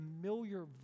familiar